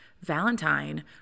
Valentine